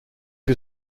que